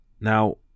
Now